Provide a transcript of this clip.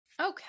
Okay